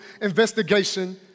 investigation